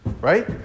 right